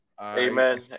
Amen